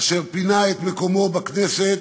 אשר פינה את מקומו בכנסת